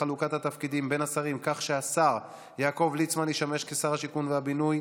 חלוקת התפקידים בין השרים כך שהשר יעקב ליצמן ישמש כשר השיכון והבינוי,